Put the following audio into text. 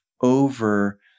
over